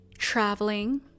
traveling